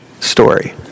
story